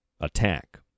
attack